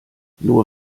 nur